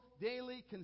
daily